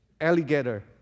alligator